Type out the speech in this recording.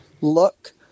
look